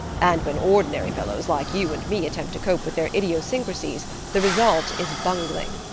and when ordinary fellows like you and me attempt to cope with their idiosyncrasies the result is bungling.